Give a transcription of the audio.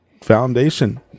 Foundation